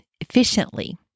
efficiently